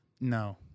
No